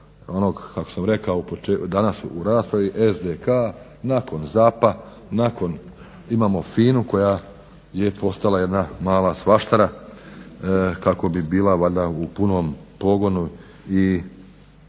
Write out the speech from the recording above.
onog kako sam rekao danas u raspravi SDK nakon ZAP-a, imamo FINA-u koja je postala jedna mala svaštara kako bi bila valjda u punom pogonu i